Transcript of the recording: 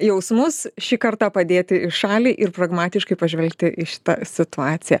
jausmus šį kartą padėti į šalį ir pragmatiškai pažvelgti į šitą situaciją